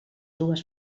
dues